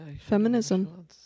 feminism